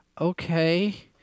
okay